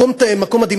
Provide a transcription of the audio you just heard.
מקום מדהים?